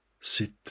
Sit